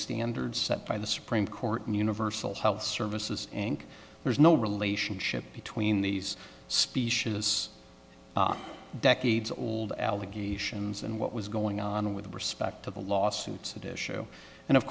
standards set by the supreme court in universal health services inc there's no relationship between these specious decades old allegations and what was going on with respect to the lawsuits that issue and of